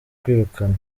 kwirukanwa